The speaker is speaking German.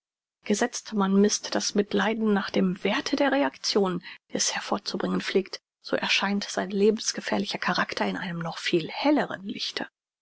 gesetzt man mißt das mitleiden nach dem werthe der reaktionen die es hervorzubringen pflegt so erscheint sein lebensgefährlicher charakter in einem noch viel helleren lichte